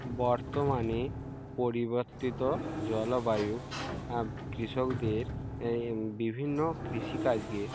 বর্তমানে পরিবর্তিত জলবায়ু কৃষকদের বিভিন্ন কৃষিকাজকে